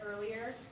earlier